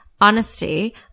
honesty